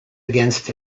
against